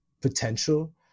potential